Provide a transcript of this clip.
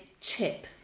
chip